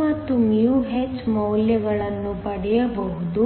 ಮತ್ತು μh ಮೌಲ್ಯಗಳನ್ನು ಪಡೆಯಬಹುದು